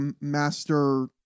master